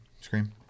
scream